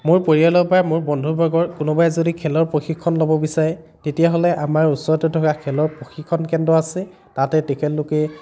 মোৰ পৰিয়ালৰপৰা মোৰ বন্ধু বৰ্গৰ কোনোবাই যদি খেলৰ প্ৰশিক্ষণ ল'ব বিচাৰে তেতিয়া হ'লে আমাৰ ওচৰতে থকা খেলৰ প্ৰশিক্ষণ কেন্দ্ৰ আছে তাতে তেখেতলোকে